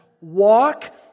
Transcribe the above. Walk